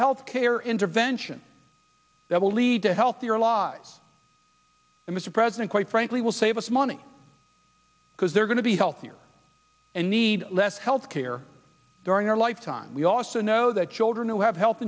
health care intervention that will lead to healthier lives and mr president quite frankly will save us money because they're going to be healthier and need less health care during our lifetime we also know that children who have health